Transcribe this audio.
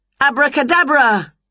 Abracadabra